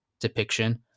Depiction